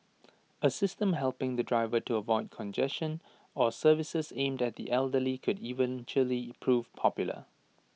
A system helping the driver to avoid congestion or services aimed at the elderly could eventually prove popular